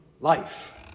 life